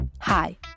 Hi